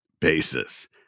basis